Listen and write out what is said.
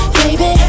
baby